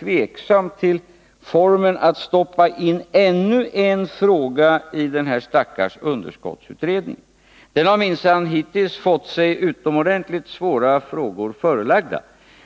tveksam till metoden att stoppa in ännu en fråga i den här stackars underskottsutredningen — kommittén har minsann hittills fått sig utomordentligt svåra frågor förelagda.